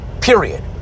period